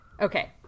Okay